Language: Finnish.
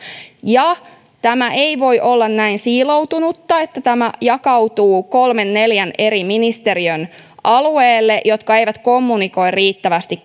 tämä ei voi olla näin siiloutunutta että tämä jakautuu kolmen neljän eri ministeriön alueelle jotka eivät kommunikoi riittävästi